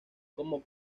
como